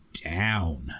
Down